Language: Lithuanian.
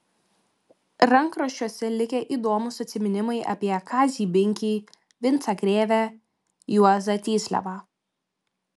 rankraščiuose likę įdomūs atsiminimai apie kazį binkį vincą krėvę juozą tysliavą